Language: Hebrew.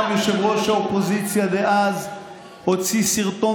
גם יושב-ראש האופוזיציה דאז הוציא סרטון